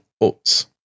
oats